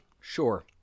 Sure